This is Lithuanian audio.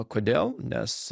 kodėl nes